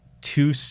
two –